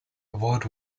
award